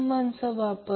8 Ω मिळेल